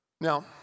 Now